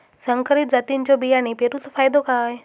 संकरित जातींच्यो बियाणी पेरूचो फायदो काय?